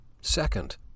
Second